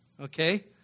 Okay